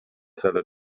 seller